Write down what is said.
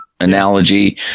analogy